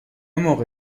موقع